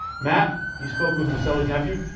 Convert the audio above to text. matt, you spoke with miceli's nephew?